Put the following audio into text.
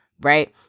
right